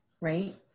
Right